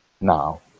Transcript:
now